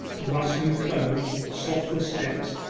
a rustling of clothes, soft footsteps,